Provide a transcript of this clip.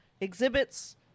exhibits